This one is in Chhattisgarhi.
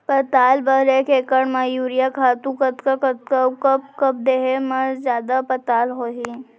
पताल बर एक एकड़ म यूरिया खातू कतका कतका अऊ कब कब देहे म जादा पताल होही?